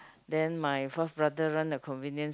then my fourth brother run a convenience